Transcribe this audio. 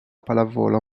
pallavolo